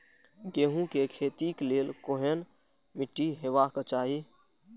गेहूं के खेतीक लेल केहन मीट्टी हेबाक चाही?